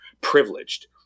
privileged